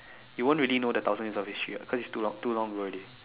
you won't really know the thousand years of history what cause its too long too long ago already